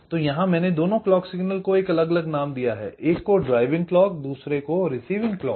तो यहां मैंने दोनों क्लॉक सिग्नल को अलग अलग नाम दिया है एक को ड्राइविंग क्लॉक और दुसरे को रिसीविंग क्लॉक